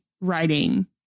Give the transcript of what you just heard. writing